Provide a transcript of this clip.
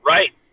Right